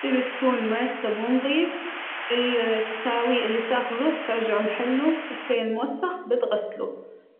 تبي تكون مرتب ونظيف اللى تساويه اللي تاخذه بترجه محله الشيء الموسخ بتغسله